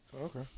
Okay